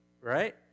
right